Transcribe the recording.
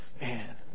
man